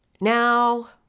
Now